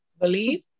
believe